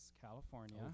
california